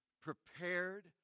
prepared